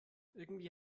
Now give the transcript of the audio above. irgendwie